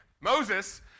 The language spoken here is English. Moses